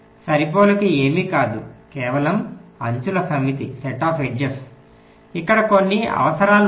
సరిపోలిక ఏమీ కాదు కేవలం అంచుల సమితి ఇక్కడ కొన్ని అవసరాలు ఉన్నాయి